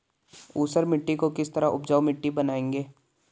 ऊसर मिट्टी को किस तरह उपजाऊ मिट्टी बनाएंगे?